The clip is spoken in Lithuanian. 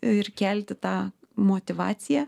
ir kelti tą motyvaciją